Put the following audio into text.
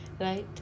right